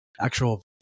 actual